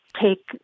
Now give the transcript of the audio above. take